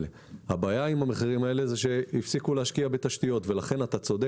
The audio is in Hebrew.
הבעיה עם המחירים האלה היא שהפסיקו להשקיע בתשתיות ולכן אתה צודק